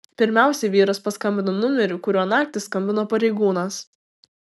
pirmiausia vyras paskambino numeriu kuriuo naktį skambino pareigūnas